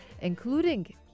including